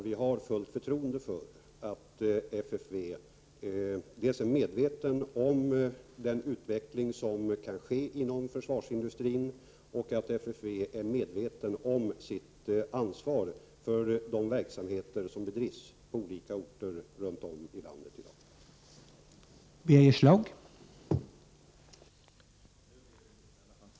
Vi har fullt förtroende för att FFV dels är medvetet 79 om den utveckling som kan ske inom försvarsindustrin, dels är medvetet om sitt ansvar för de verksamheter som FFV bedriver på olika orter runt om i landet i dag.